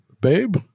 babe